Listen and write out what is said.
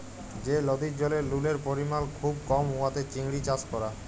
যে লদির জলে লুলের পরিমাল খুব কম উয়াতে চিংড়ি চাষ ক্যরা